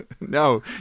No